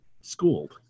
schooled